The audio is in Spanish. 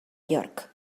york